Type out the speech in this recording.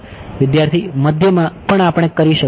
વિદ્યાર્થી મધ્ય માં પણ આપણે કરી શકીએ છીએ